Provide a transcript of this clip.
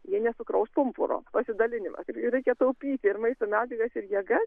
jie nesukraus pumpuro pasidalinimas ir reikia taupyti ir maisto medžiagas ir jėgas